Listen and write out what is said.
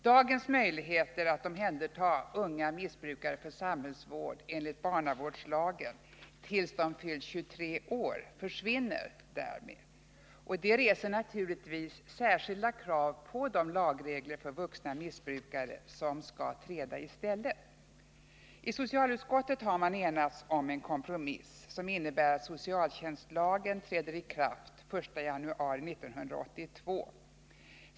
Dagens möjligheter att omhänderta unga missbrukare för samhällsvård enligt barnavårdslagen tills de fyllt 23 år försvinner därmed. Det reser naturligtvis särskilda krav på de lagregler för vuxna missbrukare som skall träda i stället. I socialutskottet har man enats om en kompromiss som innebär att socialtjänstlagen träder i kraft den 1 januari 1982.